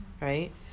right